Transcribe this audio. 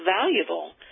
valuable